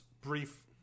brief